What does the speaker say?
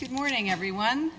good morning everyone